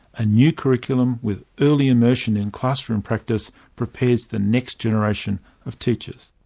a new curriculum with early immersion in classroom practice prepares the next generation of teachers.